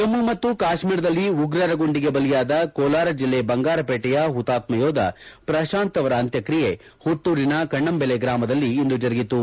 ಜಮ್ಮು ಮತ್ತು ಕಾಶ್ಮೀರದಲ್ಲಿ ಉಗ್ರರ ಗುಂಡಿಗೆ ಬಲಿಯಾದ ಕೋಲಾರ ಜಿಲ್ಲೆ ಬಂಗಾರಪೇಟೆಯ ಹುತಾತ್ಮಯೋಧ ಪ್ರಶಾಂತ್ ಅವರ ಅಂತ್ಯಕ್ರಿಯೆ ಹುಟ್ಟೂರಿನ ಕಣಂಬೆಲೆ ಗ್ರಾಮದಲ್ಲಿ ಇಂದು ಜರುಗಿತು